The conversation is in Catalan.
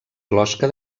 closca